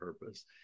purpose